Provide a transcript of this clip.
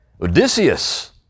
odysseus